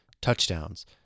touchdowns